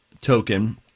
token